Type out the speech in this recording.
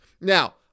Now